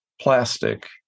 plastic